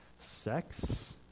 sex